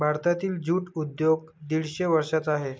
भारतातील ज्यूट उद्योग दीडशे वर्षांचा आहे